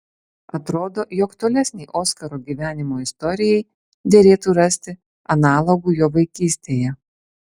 atrodo jog tolesnei oskaro gyvenimo istorijai derėtų rasti analogų jo vaikystėje